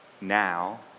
now